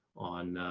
on,